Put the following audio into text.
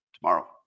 tomorrow